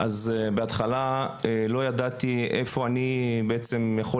אז בהתחלה לא ידעתי איפה אני בעצם יכול